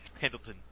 Pendleton